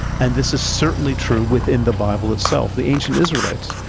and this is certainly true within the bible itself, the ancient israelites,